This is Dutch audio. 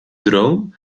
droom